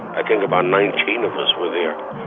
i think about nineteen of us were there.